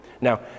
Now